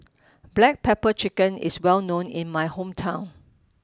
Black Pepper Chicken is well known in my hometown